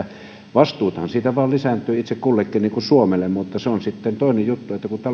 vastuuthan siitä vain lisääntyvät itse kullekin niin kuin suomelle mutta se on sitten toinen juttu että kun on vähän